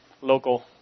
local